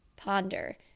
ponder